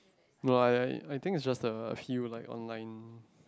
no lah I I I think is just the a few like online